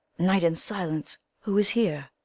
night and silence who is here?